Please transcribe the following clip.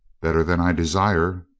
better than i desire.